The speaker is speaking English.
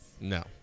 No